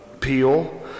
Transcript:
Peel